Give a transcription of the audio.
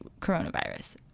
coronavirus